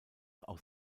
aus